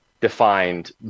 defined